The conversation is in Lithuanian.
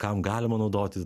kam galima naudoti